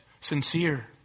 sincere